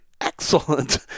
excellent